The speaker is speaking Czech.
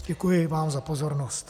Děkuji vám za pozornost.